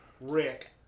Rick